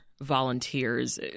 volunteers